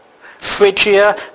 Phrygia